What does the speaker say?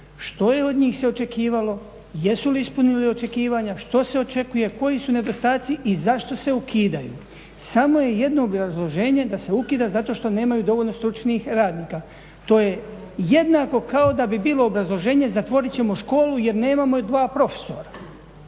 što je od njih se očekivalo, jesu li ispunili očekivanja, što se očekuje, koji su nedostaci i zašto se ukidaju? Samo je jedno obrazloženje da se ukida, zato što nemaju dovoljno stručnih radnika. To je jednako kao da bi bilo obrazloženje zatvorit ćemo školu jer nemamo dva profesora.